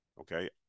Okay